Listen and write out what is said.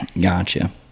gotcha